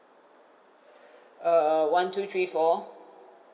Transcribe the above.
err one two three four